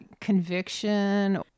conviction